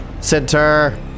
Center